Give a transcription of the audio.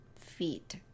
feet